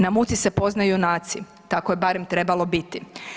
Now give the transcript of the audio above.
Na muci se poznaju junaci, tako je barem trebalo biti.